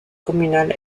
communale